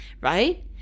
right